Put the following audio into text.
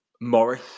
Morris